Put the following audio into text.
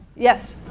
yes.